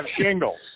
shingles